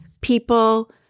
people